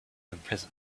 imprison